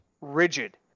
rigid